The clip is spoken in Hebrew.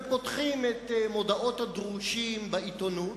הם פותחים את מודעות הדרושים בעיתונות,